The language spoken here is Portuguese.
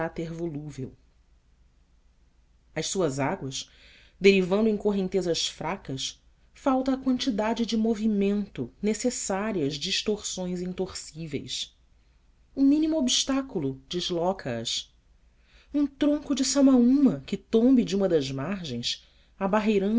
este caráter volúvel às suas águas derivando em correntezas fracas falta a quantidade de movimento necessária às direções intorcíveis o mínimo obstáculo desloca as um tronco de samaúma que tombe de uma das margens